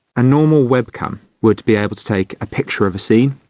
a normal web cam would be able to take a picture of a scene,